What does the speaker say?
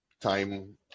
time